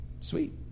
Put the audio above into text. sweet